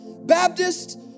Baptist